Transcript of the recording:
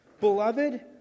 Beloved